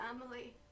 family